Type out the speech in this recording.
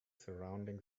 surrounding